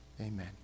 Amen